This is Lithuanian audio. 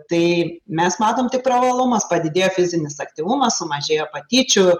tai mes matom tik privalumas padidėjo fizinis aktyvumas sumažėjo patyčių